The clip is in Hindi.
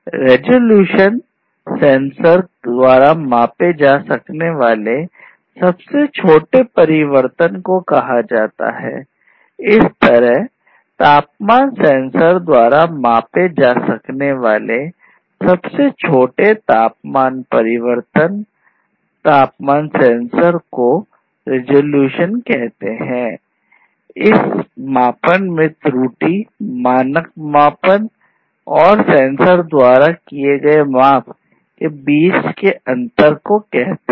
रेजोल्यूशन और सेंसर द्वारा किए गए माप के बीच का अंतर को कहते हैं